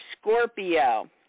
Scorpio